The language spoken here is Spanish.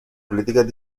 políticas